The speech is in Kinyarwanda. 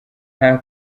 nta